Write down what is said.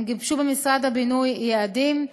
הם גיבשו במשרד הבינוי יעדים.